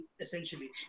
essentially